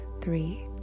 three